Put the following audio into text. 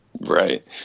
Right